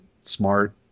smart